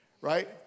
right